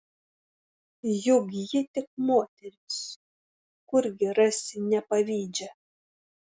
juk ji tik moteris kurgi rasi nepavydžią